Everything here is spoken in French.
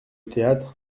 théâtre